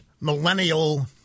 millennial